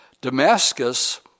Damascus